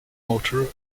motor